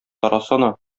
тарасана